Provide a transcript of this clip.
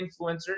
influencers